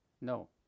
no